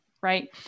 right